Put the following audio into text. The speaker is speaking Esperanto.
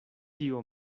tio